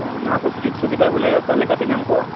ᱚ ᱱᱚᱶᱟᱠᱚ ᱥᱩᱡᱳᱜᱽ ᱥᱩᱵᱤᱫᱷᱟ ᱵᱚᱞᱮ ᱚᱠᱟ ᱞᱮᱠᱟᱛᱮ ᱧᱟᱢ ᱠᱚᱜ ᱟ